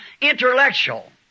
intellectual